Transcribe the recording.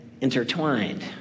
intertwined